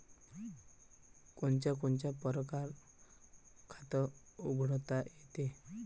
कोनच्या कोनच्या परकारं खात उघडता येते?